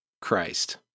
Christ